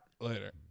Later